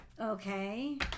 okay